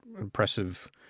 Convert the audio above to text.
impressive